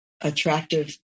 attractive